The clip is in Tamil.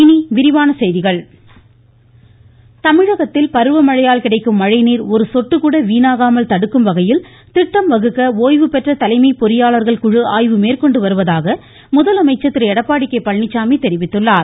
இனி விரிவான செய்திகள் முதலமைச்சர் எடப்பாடி தமிழகத்தில் பருவமழையால் கிடைக்கும் மழைநீர் ஒருசொட்டுகூட வீணாகாமல் தடுக்கும் வகையில் திட்டம்வகுக்க ஓய்வு பெற்ற தலைமை பொறியாளர்கள் குழு ஆய்வு மேற்கொண்டு வருவதாக முதலமைச்சர் திரு எடப்பாடி கே பழனிச்சாமி தெரிவித்திருக்கிறார்